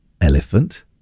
Elephant